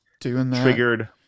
triggered